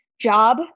job